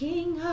King